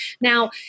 Now